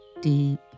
deep